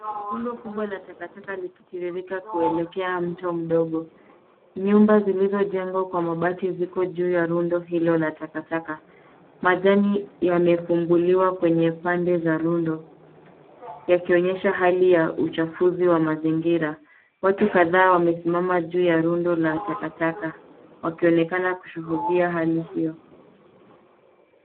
Rundo kubwa la takataka likitiririka kuelekea mto mdogo. Nyumba zilizojengwa kwa mabati ziko juu ya rundo hilo la takataka majani yamefunguliwa kwenye pande za rundo yakionyesha hali ya uchafuzi wa mazingira. Watu kadhaa wamesimama juu ya rundo la takataka wakionekana kushuhudia hali hiyo.